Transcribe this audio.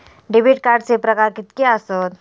Debit कार्डचे प्रकार कीतके आसत?